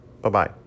Bye-bye